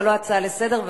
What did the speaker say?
אבל לא הצעה לסדר.